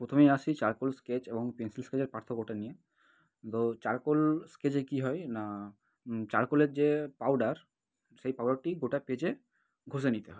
প্রথমেই আসি charcoal sketch এবং পেনসিল স্কেচের পার্থক্যটা নিয়ে তো চারকোল স্কেচে কী হয় না চারকোলের যে পাউডার সেই পাউডারটি গোটা পেজে ঘষে নিতে হয়